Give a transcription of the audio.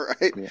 right